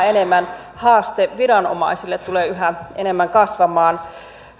enemmän haaste viranomaisille tulee yhä enemmän kasvamaan